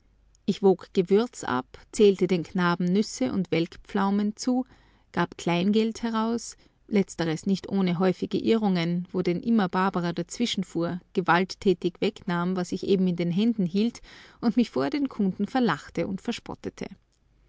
ich wog gewürz ab zählte den knaben nüsse und welkpflaumen zu gab klein geld heraus letzteres nicht ohne häufige irrungen wo denn immer barbara dazwischenfuhr gewalttätig wegnahm was ich eben in den händen hielt und mich vor den kunden verlachte und verspottete